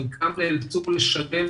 חלקם נאלצו לשלם